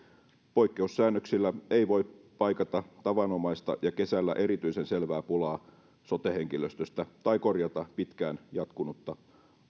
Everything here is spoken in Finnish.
poikkeussäännöksillä ei voi paikata tavanomaista ja kesällä erityisen selvää pulaa sote henkilöstöstä tai korjata pitkään jatkunutta